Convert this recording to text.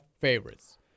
favorites